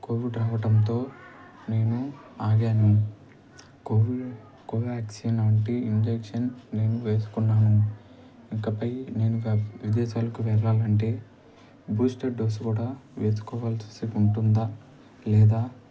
Covid రావటంతో నేను ఆగాను కోవిడ్ కోవ్యాక్సిన్ లాంటి ఇంజెక్షన్ నేను వేసుకున్నాను ఇకపై నేను గబ్ విదేశాలకు వెళ్ళాలంటే బూస్టర్ డోసు కూడా వేసుకోవాల్సి ఉంటుందా లేదా